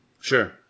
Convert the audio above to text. Sure